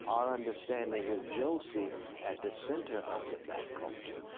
our understanding of josie at the center of the black culture.